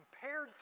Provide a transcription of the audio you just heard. compared